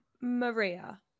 Maria